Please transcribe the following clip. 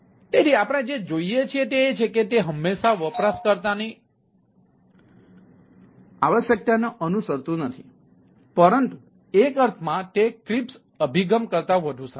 તેથી આપણે જે જોઈએ છીએ તે એ છે કે તે હંમેશાં વપરાશકર્તાની આવશ્યકતાને અનુસરતું નથી પરંતુ એક અર્થમાં તે ક્રિસ્પ અભિગમ કરતા વધુ સારું છે